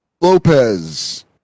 lopez